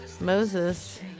Moses